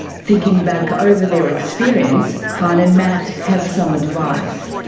thinking back over their experience, hanh and matt have some advice.